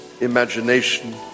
imagination